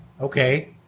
okay